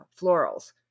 florals